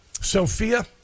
Sophia